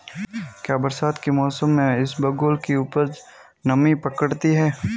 क्या बरसात के मौसम में इसबगोल की उपज नमी पकड़ती है?